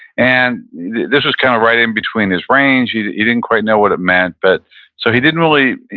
and this was kind of right in between his range. he didn't he didn't quite know what it meant. but so he didn't really